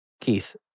Keith